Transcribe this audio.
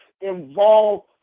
involve